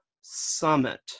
Summit